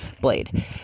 blade